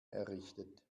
errichtet